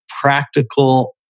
practical